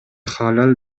халал